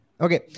okay